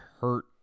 hurt